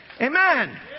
Amen